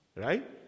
right